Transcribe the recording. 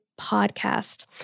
podcast